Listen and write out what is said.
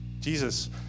Jesus